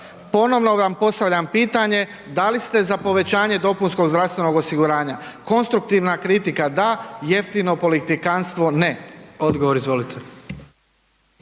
Ponovno vam postavljam pitanje, da li ste za povećanje dopunskog zdravstvenog osiguranja? Konstruktivna kritika da, jeftino politikanstvo ne. **Jandroković,